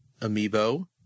amiibo